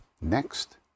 Next